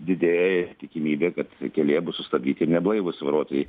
didėja ir tikimybė kad kelyje bus sustabdyti neblaivūs vairuotojai